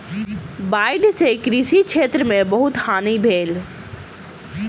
बाइढ़ सॅ कृषि क्षेत्र में बहुत हानि भेल